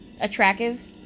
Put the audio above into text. Attractive